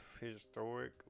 historic